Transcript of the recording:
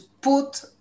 put